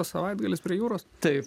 o savaitgalis prie jūros taip